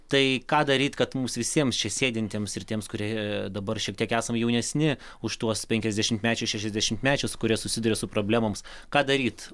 tai ką daryt kad mums visiems čia sėdintiems ir tiems kurie dabar šiek tiek esam jaunesni už tuos penkiasdešimtmečius šešiasdešimtmečius kurie susiduria su problemoms ką daryt